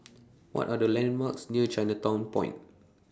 What Are The landmarks near Chinatown Point